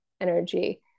energy